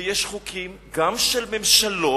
ויש חוקים, גם של ממשלות,